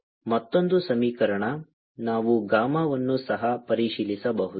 ಮತ್ತೊಂದು ಸಮೀಕರಣ ನಾವು ಗಾಮಾವನ್ನು ಸಹ ಪರಿಶೀಲಿಸಬಹುದು